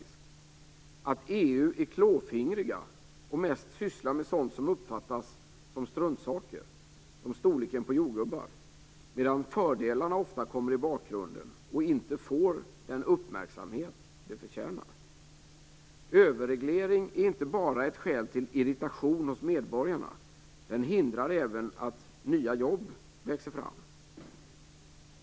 Man tycker att EU är klåfingrig och mest sysslar med sådant som uppfattas som struntsaker, t.ex. storleken på jordgubbar, medan fördelarna ofta kommer i bakgrunden och inte får den uppmärksamhet de förtjänar. Överreglering är inte bara ett skäl till irritation hos medborgarna. Den hindrar även att nya jobb växer fram.